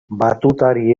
batutari